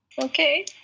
Okay